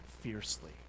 fiercely